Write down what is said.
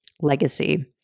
legacy